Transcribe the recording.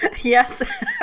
Yes